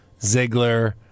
Ziggler